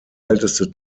älteste